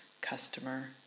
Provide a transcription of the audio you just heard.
customer